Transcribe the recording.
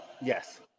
Yes